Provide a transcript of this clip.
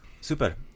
Super